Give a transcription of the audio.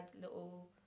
little